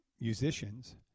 Musicians